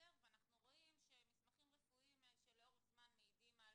ואנחנו רואים שמסמכים רפואיים שלאורך זמן מעידים על